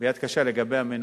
לנקוט יד קשה נגד המנוולים